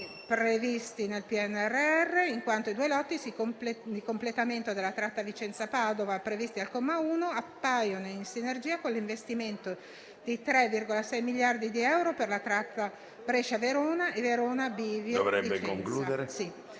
previsti nel PNRR, in quanto i due lotti del completamento della tratta Vicenza-Padova, previsti al comma 1, appaiono in sinergia con l'investimento di 3,6 miliardi di euro per la tratta Brescia-Verona e Verona-Bivio Vicenza, nell'ambito delle